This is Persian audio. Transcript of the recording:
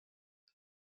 چرا